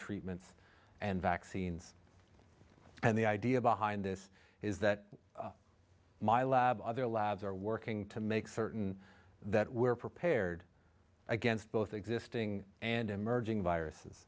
treatments and vaccines and the idea behind this is that my lab other labs are working to make certain that we're prepared against both existing and emerging viruses